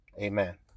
Amen